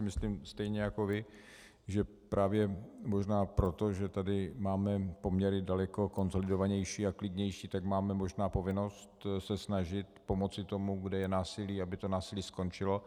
Myslím si stejně jako vy, že právě možná právě proto, že tady máme poměry daleko konsolidovanější a klidnější, tak máme možná povinnost se snažit pomoci tomu, kde je násilí, aby to násilí skončilo.